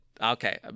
okay